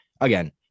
again